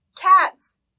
cats